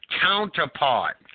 Counterpart